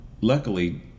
Luckily